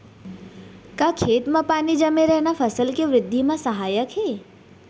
का खेत म पानी जमे रहना फसल के वृद्धि म सहायक हे?